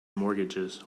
mortgages